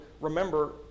remember